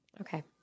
Okay